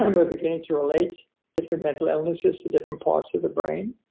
um we're beginning to relate different mental illnesses to different parts of the brain,